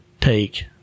take